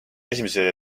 esimese